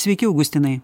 sveiki augustinai